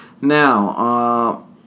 now